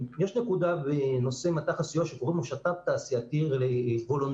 יש נקודה בנושא מט"ח הסיוע שנקראת שת"פ תעשייתי וולונטרי.